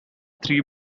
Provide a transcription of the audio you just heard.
three